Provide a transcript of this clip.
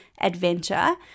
adventure